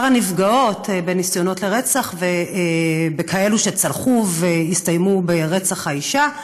הנפגעות בניסיונות לרצח ובכאלה שצלחו והסתיימו ברצח האישה.